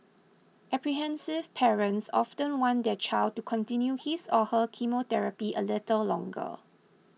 apprehensive parents often want their child to continue his or her chemotherapy a little longer